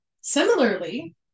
Similarly